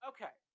Okay